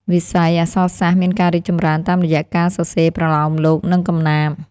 វិស័យអក្សរសាស្ត្រមានការរីកចម្រើនតាមរយៈការសរសេរប្រលោមលោក និងកំណាព្យ។